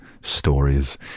stories